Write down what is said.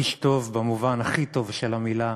איש טוב במובן הכי טוב של המילה.